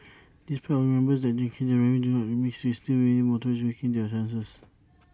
despite our reminders that drinking and driving do not mix we still see many motorists taking their chances